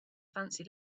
fancy